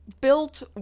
built